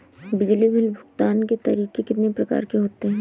बिजली बिल भुगतान के तरीके कितनी प्रकार के होते हैं?